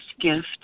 gift